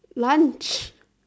lunch